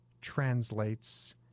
translates